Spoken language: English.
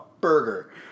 burger